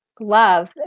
love